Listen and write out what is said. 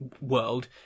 world